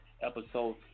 Episode